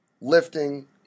lifting